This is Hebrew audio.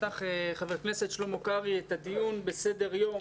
פתח חבר הכנסת שלמה קרעי את הדיון בסדר יום